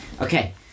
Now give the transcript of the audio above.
Okay